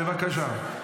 בבקשה.